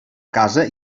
casa